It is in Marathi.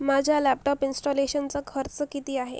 माझ्या लॅपटॉप इन्स्टॉलेशनचा खर्च किती आहे